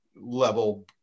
level